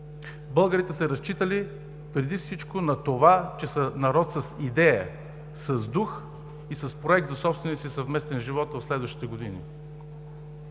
Българите са разчитали преди всичко на това, че са народ с идея, с дух и с проект за собствения си съвместен живот в следващите години.